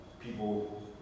people